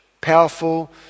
powerful